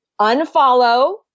Unfollow